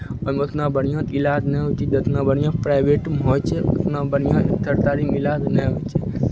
ओहिमे ओतना बढ़िआँ इलाद नहि होइ छै जेतना बढ़िआँ प्राइवेटमे होइ छै ओतना बढ़िआँ सरतारीमे इलाद नहि होइ छै